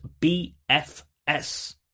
BFS